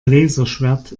laserschwert